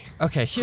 Okay